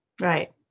right